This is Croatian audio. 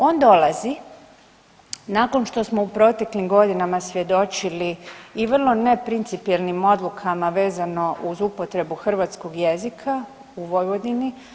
On dolazi nakon što smo u proteklim godinama svjedočili i vrlo neprincipijelnim odlukama vezano uz upotrebu hrvatskog jezika u Vojvodini.